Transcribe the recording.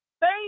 Thank